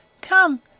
COME